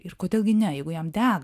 ir kodėl gi ne jeigu jam dega